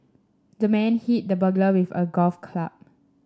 the man hit the burglar with a golf club